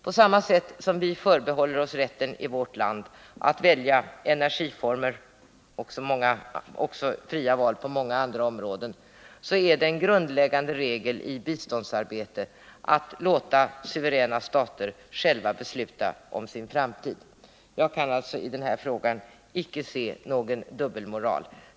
På samma sätt som vi förbehåller oss rätten i vårt land att välja energiformer — liksom rätt till fria val på många andra områden — är det en grundläggande regel i biståndsarbetet att låta suveräna stater själva besluta om sin framtid. Jag kan alltså i den här frågan icke se någon dubbelmoral.